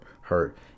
hurt